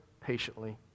patiently